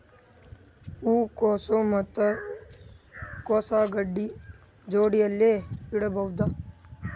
ಹೂ ಕೊಸು ಮತ್ ಕೊಸ ಗಡ್ಡಿ ಜೋಡಿಲ್ಲೆ ನೇಡಬಹ್ದ?